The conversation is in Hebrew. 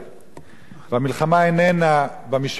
והמלחמה איננה במישור המעשי,